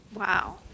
Wow